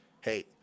Hey